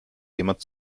jemand